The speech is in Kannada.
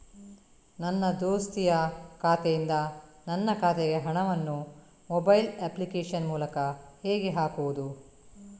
ನನ್ನ ದೋಸ್ತಿಯ ಖಾತೆಯಿಂದ ನನ್ನ ಖಾತೆಗೆ ಹಣವನ್ನು ಮೊಬೈಲ್ ಅಪ್ಲಿಕೇಶನ್ ಮೂಲಕ ಹೇಗೆ ಹಾಕುವುದು?